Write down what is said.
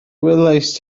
welaist